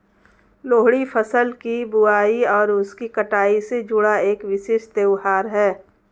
लोहड़ी फसल की बुआई और उसकी कटाई से जुड़ा एक विशेष त्यौहार है